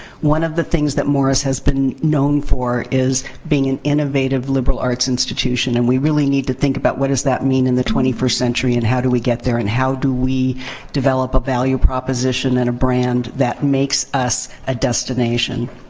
one of the things that morris has been known for is being an innovative liberal arts institution. and we really need to think about what does that mean in the twenty first century and how do we get there? and how do we develop a value proposition and a brand that makes us a destination?